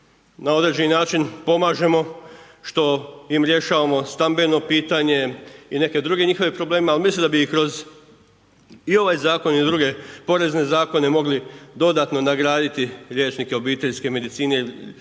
na određeni način pomažemo što im rješavamo stambeno pitanje i neke druge njihove probleme. Ali mislim da bi ih kroz i ovaj zakon i druge porezne zakone mogli dodatno nagraditi liječnike obiteljske medicine